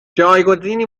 جایگزینی